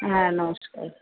হ্যাঁ নমস্কার